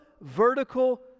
vertical